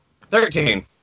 Thirteen